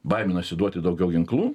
baiminosi duoti daugiau ginklų